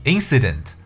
Incident